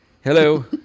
Hello